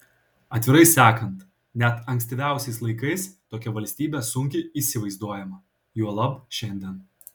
atvirai sakant net ankstyviausiais laikais tokia valstybė sunkiai įsivaizduojama juolab šiandien